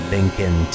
Lincoln